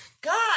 God